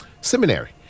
seminary